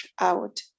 out